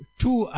two